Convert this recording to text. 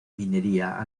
minería